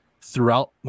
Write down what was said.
throughout